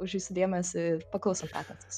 už jūsų dėmesį ir paklausom piatnicos